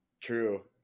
true